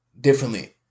differently